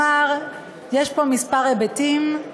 יש פה היבטים אחדים: